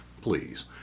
please